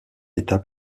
étape